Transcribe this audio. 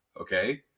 Okay